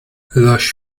lush